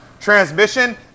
transmission